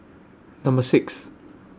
Number six